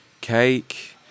cake